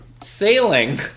Sailing